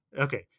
Okay